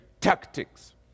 tactics